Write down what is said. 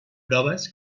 proves